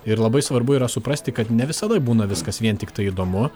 ir labai svarbu yra suprasti kad ne visada būna viskas vien tiktai įdomu